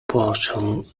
partial